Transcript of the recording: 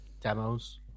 demos